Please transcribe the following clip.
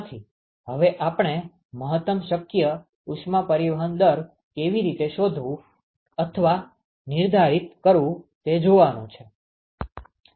હવે આપણે મહત્તમ શક્ય ઉષ્મા પરિવહન દર કેવી રીતે શોધવું અથવા નિર્ધારિત કરવું તે જોવાનું છે